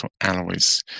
alloys